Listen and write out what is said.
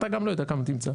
אתה גם לא יודע כמה תמצא.